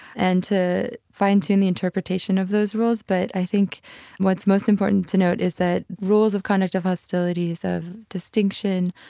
and to fine-tune the interpretation of those rules, but i think what's most important to note is that rules of conduct of hostilities, of distinction,